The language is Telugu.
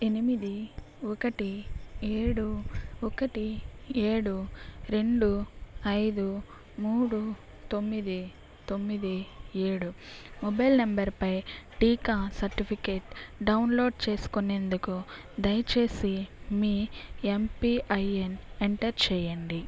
ఎనిమిది ఒకటి ఏడు ఒకటి ఏడు రెండు ఐదు మూడు తొమ్మిది తొమ్మిది ఏడు మొబైల్ నంబరుపై టీకా సర్టిఫికేట్ డౌన్లోడ్ చేసుకునేందుకు దయచేసి మీ ఏంపిఐన్ ఎంటర్ చేయండి